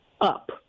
up